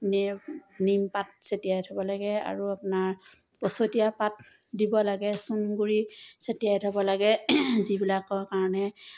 নিও নিম পাত চতিয়াই থ'ব লাগে আৰু আপোনাৰ পছতিয়া পাত দিব লাগে চূণ গুড়ি চতিয়াই থ'ব লাগে যিবিলাকৰ কাৰণে